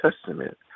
Testament